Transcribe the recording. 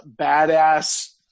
badass